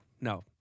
no